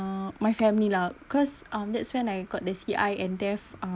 uh my family lah cause um that's when I got the C_I and death um